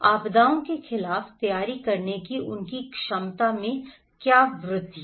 आपदाओं के खिलाफ तैयार करने की उनकी क्षमता में वृद्धि